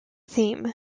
theme